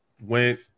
went